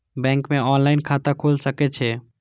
Bank में online खाता खुल सके छे?